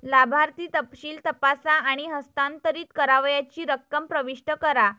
लाभार्थी तपशील तपासा आणि हस्तांतरित करावयाची रक्कम प्रविष्ट करा